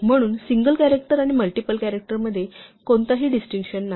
म्हणून single character आणि multiple character मध्ये कोणताही डिस्टिंक्शन नाही